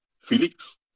Felix